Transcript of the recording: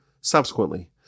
subsequently